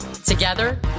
Together